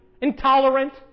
intolerant